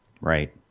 Right